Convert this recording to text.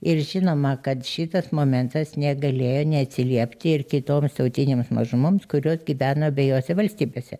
ir žinoma kad šitas momentas negalėjo neatsiliepti ir kitoms tautinėms mažumoms kurios gyveno abiejose valstybėse